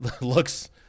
Looks